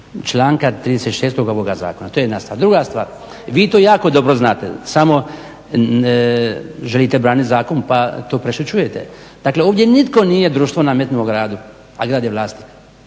članka 36. ovoga zakona. To je jedna stvar. Druga stvar, vi to jako dobro znate samo želite braniti zakon pa to prešućujete. Dakle, ovdje nitko nije društvo nametnuo gradu, a grad je vlasnik.